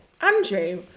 andrew